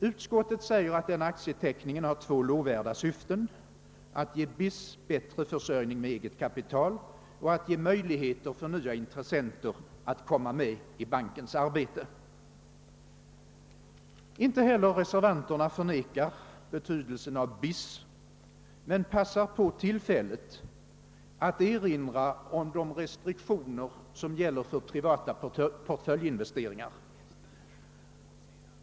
Utskottet säger att denna aktieteckning har två lovvärda syften, nämligen att ge BIS bättre försörjning med eget kapital och att ge möjligheter för nya intressenter att komma med i bankens arbete. Inte heller reservanterna förnekar betydelsen av BIS men passar på tillfället att erinra om de restriktioner som gäller för privata portföljinvesteringar.